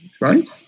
right